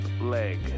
leg